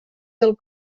del